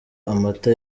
amata